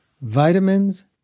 vitamins